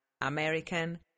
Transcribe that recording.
American